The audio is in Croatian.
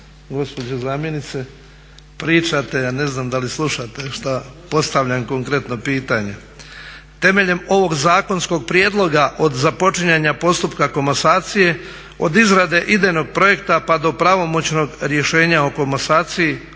Gospođo zamjenice, pričate ali ne znam da li slušate što postavljam konkretno pitanje. Temeljem ovog zakonskog prijedloga od započinjanja postupka komasacije od izrade idejnog projekta pa do pravomoćnog rješenja o komasaciji